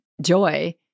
joy